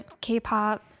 K-pop